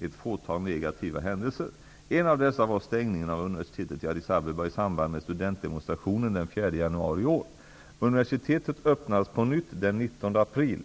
ett fåtal negativa händelser. En av dessa var stängningen av universitetet i Addis Abeba i samband med studentdemonstrationen den 4 januari i år. Universitetet öppnades på nytt den 19 april.